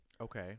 Okay